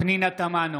פנינה תמנו,